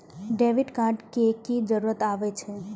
Debit card के की जरूर आवे छै?